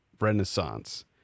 renaissance